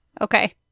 okay